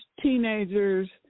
teenagers